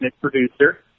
producer